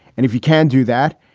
and if you can do that,